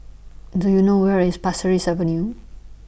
Do YOU know Where IS Pasir Ris Avenue